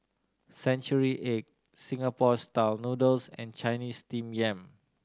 century egg Singapore Style Noodles and Chinese Steamed Yam